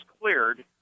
cleared